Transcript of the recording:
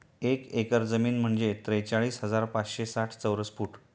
एक एकर जमीन म्हणजे त्रेचाळीस हजार पाचशे साठ चौरस फूट